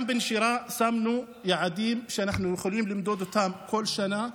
גם בנשירה שמנו יעדים שאנחנו יכולים למדוד כל שנה,